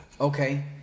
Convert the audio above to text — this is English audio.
Okay